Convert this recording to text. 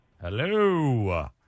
Hello